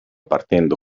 partendo